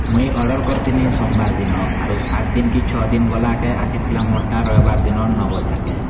ମୁଇଁ ଅର୍ଡ଼ର୍ କରିଥିନି ସୋମବାର୍ ଦିନ୍ ଆରୁ ସାତ ଦିନ୍ କି ଛଅ ଦିନ୍ ଗଲା କେ ଆସିଥିଲା ମୋର୍ ଟା ରବିବାର୍ ଦିନ୍ ନଅ ବଜାକେ